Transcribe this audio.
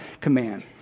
command